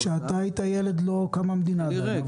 כשאתה היית ילד, לא קמה המדינה עדיין.